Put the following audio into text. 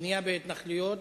בנייה בהתנחלויות,